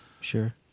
sure